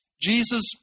Jesus